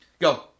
Go